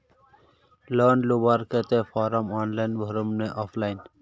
Loan लुबार केते form online भरुम ने ऑफलाइन?